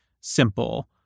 simple